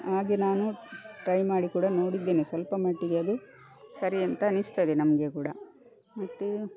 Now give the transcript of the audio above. ಹಾಗೆ ನಾನು ಟ್ರೈ ಮಾಡಿ ಕೂಡ ನೋಡಿದ್ದೇನೆ ಸ್ವಲ್ಪ ಮಟ್ಟಿಗೆ ಅದು ಸರಿ ಅಂತ ಅನಿಸ್ತದೆ ನಮಗೆ ಕೂಡ ಮತ್ತು